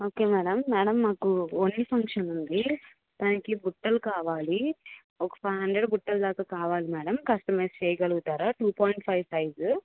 okay madam madam మాకు ఓణీ function ఉంది దానికి బుట్టలు కావాలి ఒక ఫైవ్ హండ్రెడ్ బుట్టలు దాకా కావాలి మేడం కస్టమైర్స్ చేయగలుగుతారా టూ పాయింట్ ఫైవ్ సైజు